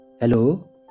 Hello